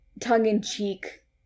tongue-in-cheek